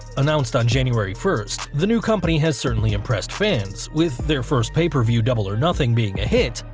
announced on january first, the new company has certainly impressed fans, with their first pay per view double or nothing being a hit,